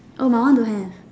oh my one don't have